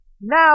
now